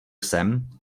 jsem